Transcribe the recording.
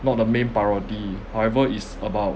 not the main priority however it's about